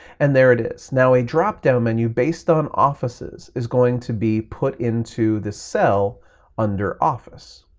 and there it is. now, a drop-down menu based on offices is going to be put into this cell under office.